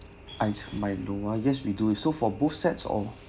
ice milo uh yes we do so for both sets or